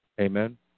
Amen